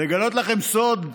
לגלות לכם סוד?